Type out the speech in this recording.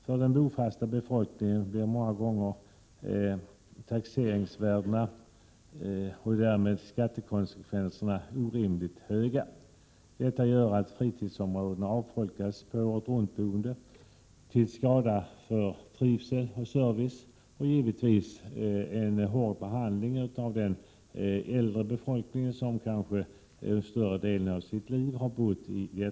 För den bofasta befolkningen blir många gånger taxeringsvärdena alltför höga och därmed skattekonsekvenserna orimligt stora. Detta gör att fritidsområden Prot. 1987/88:126 avfolkas på åretruntboende — till skada för trivsel och service. Detta är 25 maj 1988 givetvis en hård behandling av den äldre befolkning som kanske större delen Vissa frågorinför all: av sitt liv har bott i området.